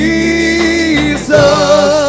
Jesus